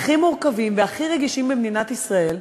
הכי מורכבים והכי רגישים במדינת ישראל,